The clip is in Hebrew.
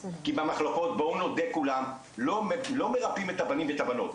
כי במחלקות בואו נודה כולם לא מרפאים את הבנים ואת הבנות,